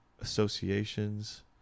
associations